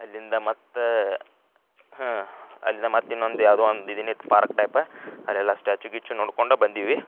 ಅಲ್ಲಿಂದ ಮತ್ತೆ ಅಲ್ಲಿಂದ ಮತ್ತೆ ಇನ್ನೊಂದು ಯಾವುದೋ ಒಂದು ಪಾರ್ಕ್ ಟೈಪ್ ಅಲ್ಲೆಲ್ಲ ಸ್ಟ್ಯಾಚು ಗೀಚು ನೋಡ್ಕೊಂಡು ಬಂದೀವಿ